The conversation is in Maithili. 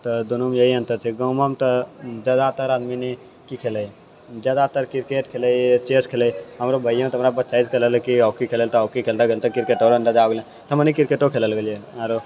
तऽ दुनू मे यही अन्तर छै गाँवो मे तऽ जादातर आदमी नहि की खेलय जादातर क्रिकेट खेलय चेस खेलय हॉकी खेलता खेलता क्रिकेट मे मजा तऽ हमनी क्रिकेटो खेलऽ लगलियै आरो